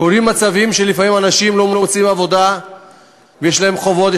קורים לפעמים מצבים שאנשים לא מוצאים עבודה ויש להם חובות,